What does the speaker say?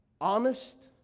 honest